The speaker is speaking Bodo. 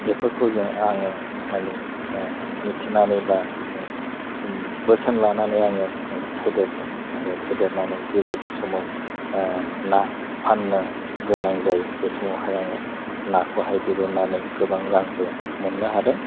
बेफोरखौ जों आङो मानि मिथिनानै बा बोसोन लानानै आङो फेदेरदों आरो फेदेरनानै जेबायदि समाव ना फाननो गोनां जायो बे समावहाय आङो नाखौहाय दिरुननानै गोबां रांबो मोननो हादों